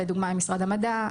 לדוגמה עם משרד המדע,